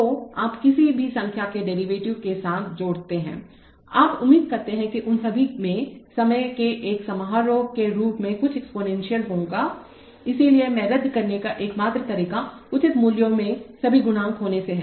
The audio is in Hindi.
तो आप किसी भी संख्या में डेरिवेटिव को एक साथ जोड़ते हैं आप उम्मीद करते हैं कि उन सभी में समय के एक समारोह के रूप में कुछ एक्सपोनेंशियल होगाइसलिए मैं रद्द करने का एकमात्र तरीका उचित मूल्यों में सभी गुणांक होने से है